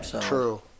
true